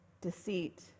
deceit